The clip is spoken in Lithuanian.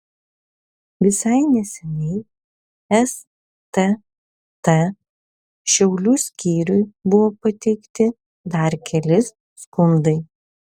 visai neseniai stt šiaulių skyriui buvo pateikti dar keli skundai